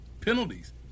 penalties